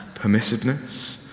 permissiveness